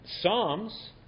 Psalms